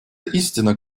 истина